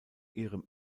ihrem